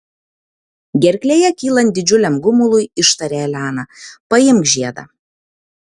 gerklėje kylant didžiuliam gumului ištarė elena paimk žiedą